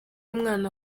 umwana